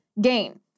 gain